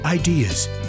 Ideas